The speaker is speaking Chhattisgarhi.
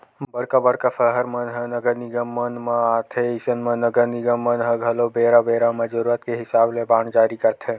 बड़का बड़का सहर मन ह नगर निगम मन म आथे अइसन म नगर निगम मन ह घलो बेरा बेरा म जरुरत के हिसाब ले बांड जारी करथे